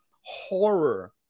horror